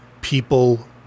people